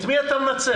את מי אתה מנצח?